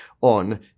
on